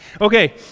Okay